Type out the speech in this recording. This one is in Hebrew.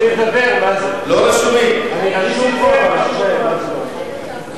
בהיעדר דוברים אנחנו ניגשים להצבעה בקריאה ראשונה.